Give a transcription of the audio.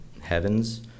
heavens